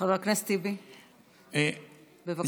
חבר הכנסת טיבי, בבקשה.